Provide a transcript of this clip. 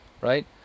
right